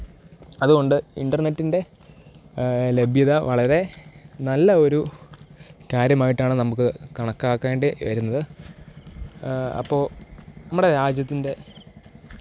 അതുകൊണ്ട് ഇൻ്റർനെറ്റിൻ്റെ ലഭ്യത വളരെ നല്ല ഒരു കാര്യമായിട്ടാണ് നമുക്ക് കണക്കാക്കേണ്ടി വരുന്നത് അപ്പോൾ നമ്മുടെ രാജ്യത്തിൻ്റെ